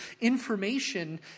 information